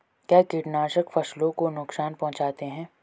क्या कीटनाशक फसलों को नुकसान पहुँचाते हैं?